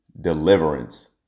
deliverance